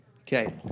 Okay